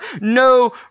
no